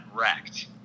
wrecked